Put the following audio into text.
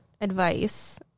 advice